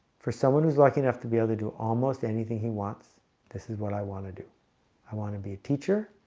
for someone who's lucky enough to be able to do almost anything. he wants this is what i want to do i want to be a teacher.